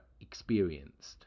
experienced